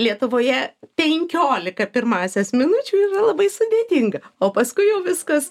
lietuvoje penkiolika pirmąsias minučių yra labai sudėtinga o paskui jau viskas